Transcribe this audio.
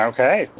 Okay